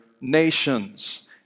nations